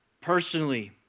personally